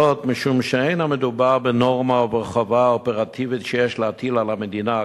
משום שלא מדובר בנורמה או בחובה אופרטיבית שיש להטיל על המדינה,